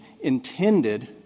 intended